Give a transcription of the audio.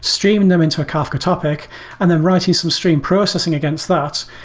stream them into a kafka topic and then writing some stream processing against that.